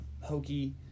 hokey